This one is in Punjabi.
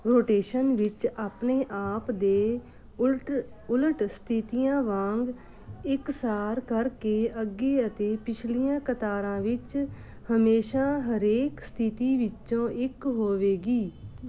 ਰੋਟੇਸ਼ਨ ਵਿੱਚ ਆਪਣੇ ਆਪ ਦੇ ਉਲਟ ਉਲਟ ਸਥਿਤੀਆਂ ਵਾਂਗ ਇੱਕ ਸਾਰ ਕਰਕੇ ਅੱਗੇ ਅਤੇ ਪਿਛਲੀਆਂ ਕਤਾਰਾਂ ਵਿੱਚ ਹਮੇਸ਼ਾ ਹਰੇਕ ਸਥਿਤੀ ਵਿੱਚੋਂ ਇੱਕ ਹੋਵੇਗੀ